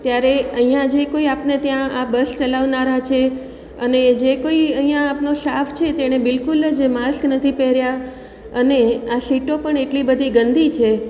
ત્યારે અહીંયા જે કોઈ આપને ત્યાં આ બસ ચલાવનારા છે અને જે કોઈ અહીંયા આપનો સ્ટાફ છે તેણે બિલ્કુલ જ માસ્ક નથી પેહર્યા અને આ સીટો પણ એટલી બધી ગંદી છે